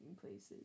places